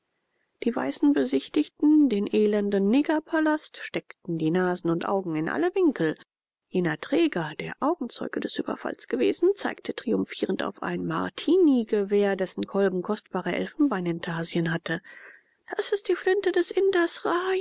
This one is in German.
die weißen besichtigten den elenden negerpalast steckten die nasen und augen in alle winkel jener träger der augenzeuge des überfalls gewesen zeigte triumphierend auf ein martinigewehr dessen kolben kostbare elfenbeinintarsien hatte das ist die flinte des inders